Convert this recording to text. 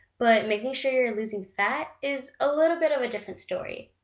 but making sure you're you're losing fat is a little bit of a different story.